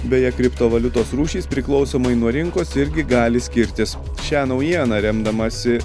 beje kriptovaliutos rūšys priklausomai nuo rinkos irgi gali skirtis šią naujieną remdamasi